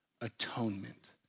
atonement